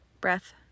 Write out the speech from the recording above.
Breath